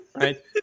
right